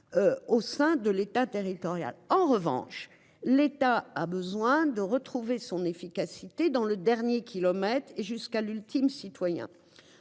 Au sein de l'État, territorial en revanche l'État a besoin de retrouver son efficacité dans le dernier kilomètre et jusqu'à l'ultime citoyen